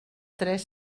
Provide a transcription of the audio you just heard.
tres